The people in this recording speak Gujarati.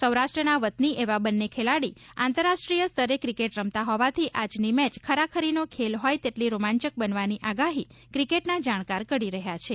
સૌરાષ્ટ્રના વતની એવા બંને ખેલાડી આંતરરાષ્ટ્રીય સ્તરે ક્રિકેટ રમતા હોવાથી આજની મેચ ખરાખરીનો ખેલ હોય તેટલી રોમાંચક બનવાની આગાહી ક્રિકેટના જાણકાર કરી રહ્યાં છે